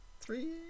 Three